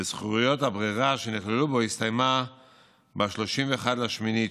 וזכויות הברירה שנכללו בו הסתיימה ב-31 באוגוסט